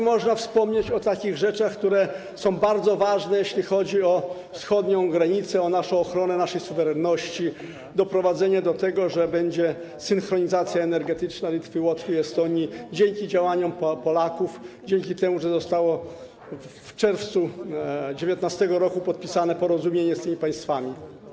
Można wspomnieć choćby o takich rzeczach, które są bardzo ważne, jeśli chodzi o wschodnią granicę, o ochronę naszej suwerenności, np. doprowadzenie do tego, że będzie synchronizacja energetyczna Litwy, Łotwy i Estonii dzięki działaniom Polaków, dzięki temu, że zostało w czerwcu 2019 r. podpisane porozumienie z tymi państwami.